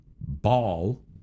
ball